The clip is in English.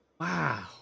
Wow